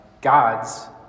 God's